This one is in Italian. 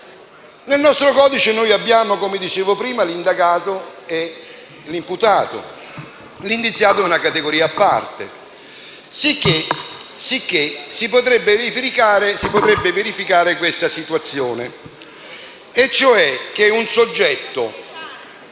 Nel nostro codice, però, noi abbiamo - come dicevo prima - l'indagato e l'imputato; l'indiziato è una categoria a parte. Sicché si potrebbe verificare la seguente situazione: un soggetto